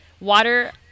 water